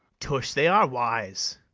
tush, they are wise!